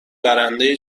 برنده